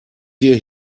wir